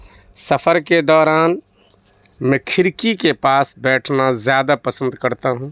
سفر کے دوران میں کھڑکی کے پاس بیٹھنا زیادہ پسند کرتا ہوں